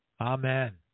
Amen